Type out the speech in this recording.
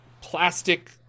plastic